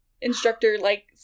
instructor-like